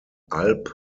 alb